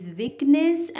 weakness